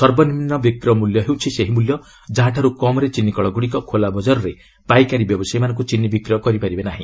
ସର୍ବନିମ୍ନ ବିକ୍ରୟ ମୂଲ୍ୟ ହେଉଛି ସେହିମୂଲ୍ୟ ଯାହାଠାରୁ କମ୍ରେ ଚିନିକଳଗୁଡ଼ିକ ଖୋଲାବଜାରରେ ପାଇକାରୀ ବ୍ୟବସାୟୀମାନଙ୍କୁ ଚିନି ବିକ୍ରୟ କରିପାରିବେ ନାର୍ହି